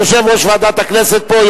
יושב-ראש ועדת הכנסת פה,